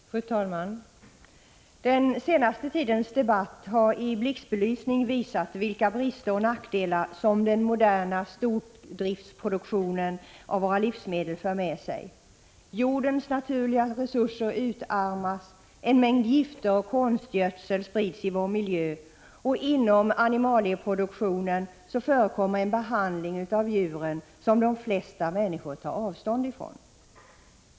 Fru talman! Den senaste tidens debatt har i blixtbelysning visat vilka brister och nackdelar den moderna stordriftsproduktionen av våra livsmedel för med sig. Jordens naturliga resurser utarmas. En mängd gifter och konstgödsel sprids i vår miljö. I fråga om animalieproduktionen förekommer en behandling av djuren som de flesta människor tar avstånd från.